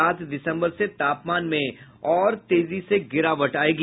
सात दिसम्बर से तापमान में और तेजी से गिरावट आयेगी